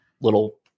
little